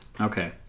Okay